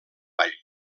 ball